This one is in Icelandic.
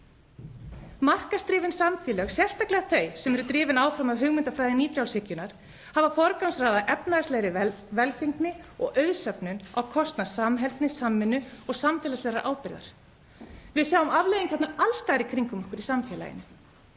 Markaðsdrifin samfélög, sérstaklega þau sem eru drifin áfram af hugmyndafræði nýfrjálshyggjunnar, hafa forgangsraðað efnahagslegri velgengni og auðsöfnun á kostnað samheldni, samvinnu og samfélagslegrar ábyrgðar. Við sjáum afleiðingarnar alls staðar í kringum okkur í samfélaginu;